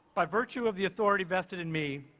by virtue of the authority vested in me,